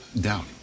doubt